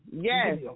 Yes